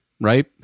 right